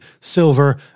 silver